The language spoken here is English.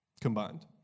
combined